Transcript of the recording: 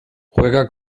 juega